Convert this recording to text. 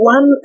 One